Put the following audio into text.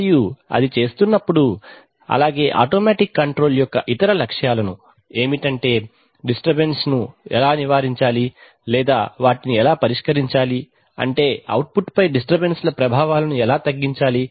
మరియు అది చేస్తున్నప్పుడు అలాగే ఆటోమేటిక్ కంట్రోల్ యొక్క ఇతర లక్ష్యాలను ఏమిటంటే డిస్టర్బెన్స్ఎలా నివారించాలి లేదా వాటిని ఎలా పరిష్కరించాలి అంటే అవుట్పుట్పై డిస్టర్బెన్స్ ల ప్రభావాలను ఎలా తగ్గించాలి